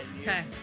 Okay